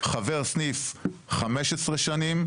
חבר סניף 15 שנים.